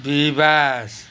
प्रिबास